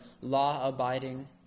law-abiding